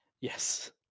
Yes